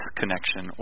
connection